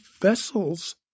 vessels